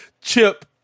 chip